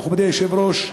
מכובדי היושב-ראש,